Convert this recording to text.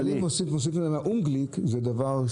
אבל אם אתה מוסיף אונגליק, זה אסון.